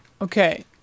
Okay